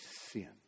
sin